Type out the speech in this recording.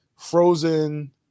frozen